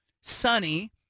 sunny